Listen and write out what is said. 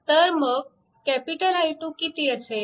तर मग I2 किती असेल